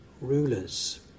rulers